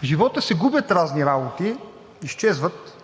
В живота се губят разни работи, изчезват.